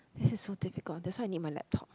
this is so difficult that's why I need my laptop